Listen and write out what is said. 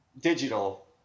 digital